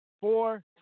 four